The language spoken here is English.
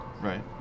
right